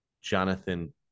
Jonathan